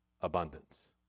abundance